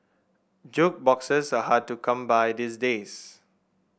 jukeboxes are hard to come by these days